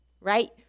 right